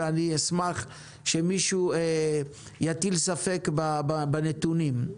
ואני אשמח שמישהו יטיל ספק בנתונים.